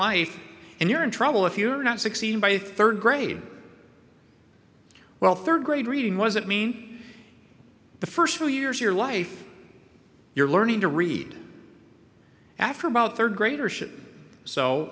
life and you're in trouble if you're not succeeding by third grade well third grade reading wasn't mean the first few years your life you're learning to read after about third grader sh